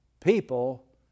people